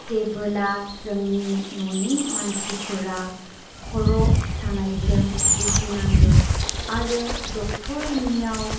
जेबोला जोंनि न'नि मानसिफोरा खर' सानायजों बुगिनाङो आरो डक्टरनियाव